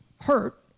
hurt